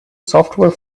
software